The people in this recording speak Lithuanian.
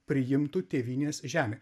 priimtų tėvynės žemė